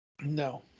No